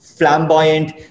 Flamboyant